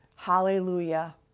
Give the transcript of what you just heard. Hallelujah